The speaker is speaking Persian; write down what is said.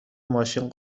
ماشین